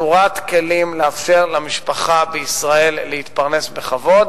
שורת כלים לאפשר למשפחה בישראל להתפרנס בכבוד.